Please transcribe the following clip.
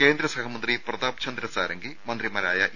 കേന്ദ്രസഹമന്ത്രി പ്രതാപ് സാരംഗി മന്ത്രിമാരായ ഇ